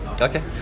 Okay